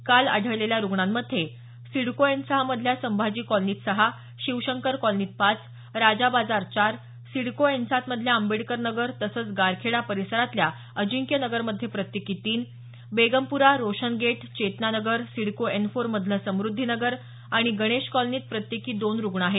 काल आढळलेल्या रुग्णांमध्ये सिडको एन सहा मधल्या संभाजी कॉलनीत सहा शिवशंकर कॉलनीत पाच राजा बाजार चार सिडको एन सात मधल्या आंबेडकर नगर तसंच गारखेडा परिसरातल्या अजिंक्य नगरमध्ये प्रत्येकी तीन Begumpura Roshan gate Chetana Nagar CIDCO N four मधलं समुद्धी नगर आणि गणेश कॉलनीत प्रत्येकी दोन रुग्ण आहेत